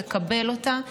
תקבל אותה,